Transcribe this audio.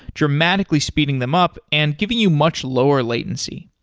dramatically speeding them up and giving you much lower latency.